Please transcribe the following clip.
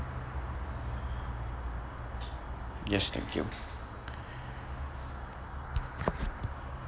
yes thank you